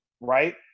right